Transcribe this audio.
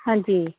ਹਾਂਜੀ